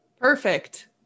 Perfect